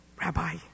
Rabbi